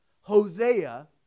Hosea